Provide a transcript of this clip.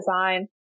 design